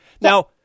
Now